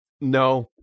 no